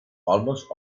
almost